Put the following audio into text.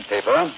Paper